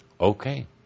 Okay